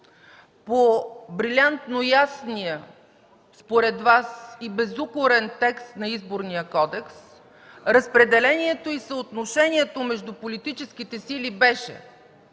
по брилянтно ясния, според Вас, и безукорен текст на Изборния кодекс разпределението и съотношението между политическите сили беше: